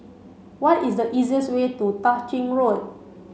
what is the easiest way to Tah Ching Road